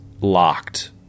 locked